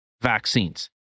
vaccines